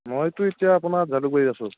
মইতো এতিয়া আপোনাৰ জালুৰবাৰীত আছোঁ